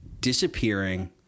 disappearing